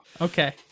okay